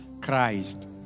Christ